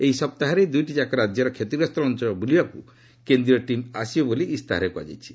ଏଇ ସପ୍ତାହରେ ଦୁଇଟିଯାକ ରାଜ୍ୟର କ୍ଷତିଗ୍ରସ୍ତ ଅଞ୍ଚଳ ବୁଲିବାକୁ କେନ୍ଦ୍ରୀୟ ଟିମ୍ ଆସିବେ ବୋଲି ଇସ୍ତାହାରରେ କୁହାଯାଇଛି